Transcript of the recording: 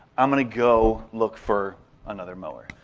i'm going to go look for another mower.